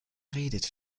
redet